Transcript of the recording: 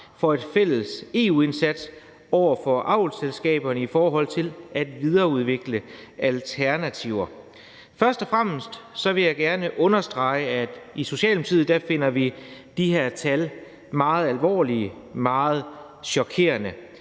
for en fælles EU-indsats over for avlsselskaberne i forhold til at videreudvikle alternativer. Først og fremmest vil jeg gerne understrege, at i Socialdemokratiet finder vi de her tal meget alvorlige, meget chokerende.